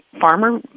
farmer